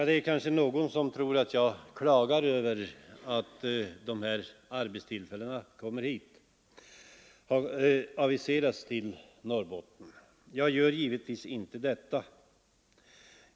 Det är kanske någon som tror att jag klagar över att dessa arbetstillfällen aviseras till Norrbotten. Det gör jag givetvis inte.